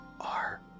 Are